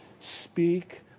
speak